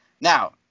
Now